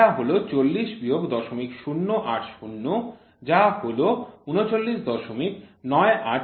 এটা হল ৪০০০০ বিয়োগ ০০৮০ যা হল ৩৯৯২ মিলিমিটার